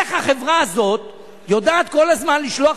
איך החברה הזאת יודעת כל הזמן לשלוח